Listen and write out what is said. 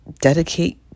dedicate